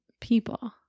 people